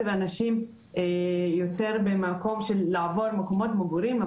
ואנשים יותר במקום של לעבור מקומות מגורים,